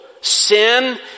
Sin